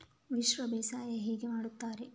ಮಿಶ್ರ ಬೇಸಾಯ ಹೇಗೆ ಮಾಡುತ್ತಾರೆ?